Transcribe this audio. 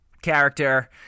character